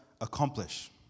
accomplish